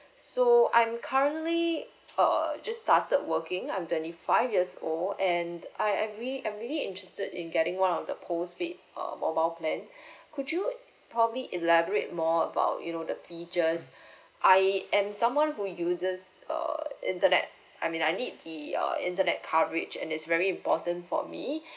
so I'm currently err just started working I'm twenty five years old and I really i really interested in getting one of the postpaid uh mobile plan could you probably elaborate more about you know the features I am someone who uses err internet I mean I need the uh internet coverage and is very important for me